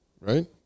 right